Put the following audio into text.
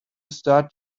start